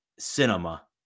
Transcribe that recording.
cinema